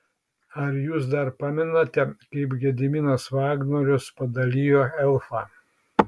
ar jūs dar pamenate kaip gediminas vagnorius padalijo elfą